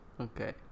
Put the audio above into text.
Okay